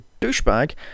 douchebag